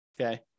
okay